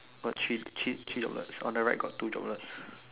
got three three three droplets on the right there's two droplets